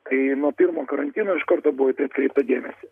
tai nuo pirmo karantino iš karto buvo į tai atkreipta dėmesį